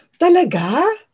Talaga